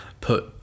put